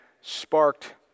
sparked